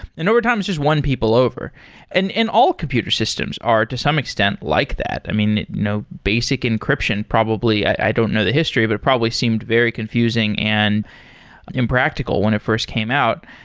and over times just won people over and and all computer systems are to some extent like that. i mean, no basic encryption probably. i don't know the history, but it probably seemed very confusing and impractical when it first came out.